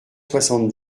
soixante